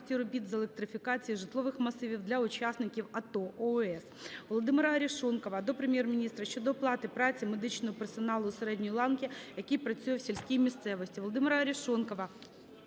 Володимира Арешонкова до Прем'єр-міністра щодо оплати праці медичного персоналу середньої ланки, який працює в сільській місцевості.